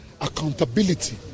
accountability